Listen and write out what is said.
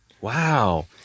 Wow